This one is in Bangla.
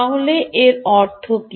তবে এর অর্থ কি